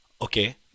Okay